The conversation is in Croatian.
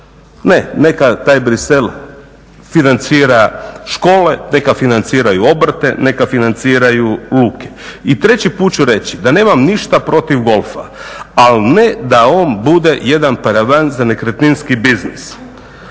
Ne, neka taj Bruxelles financira škole, neka financiraju obrte, neka financiraju luke. I treći put ću reći da nemam ništa protiv golfa, ali ne da on bude jedan paravan za nekretninski biznis.